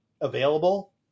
available